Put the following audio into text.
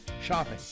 shopping